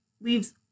leaves